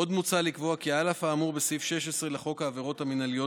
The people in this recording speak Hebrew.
עוד מוצע לקבוע כי על אף האמור בסעיף 16 לחוק העבירות המינהליות,